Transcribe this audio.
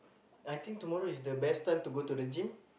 I think tomorrow is the best time to go to the gym